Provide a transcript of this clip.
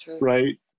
right